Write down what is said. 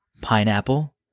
pineapple